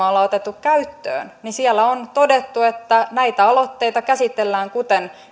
ollaan otettu käyttöön niin siellä on todettu että näitä aloitteita käsitellään kuten